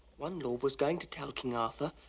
one lord was going to tell king arthur,